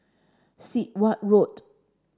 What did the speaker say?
Sit Wah Road